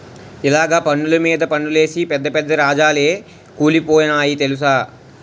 ఇలగ పన్నులు మీద పన్నులేసి పెద్ద పెద్ద రాజాలే కూలిపోనాయి తెలుసునా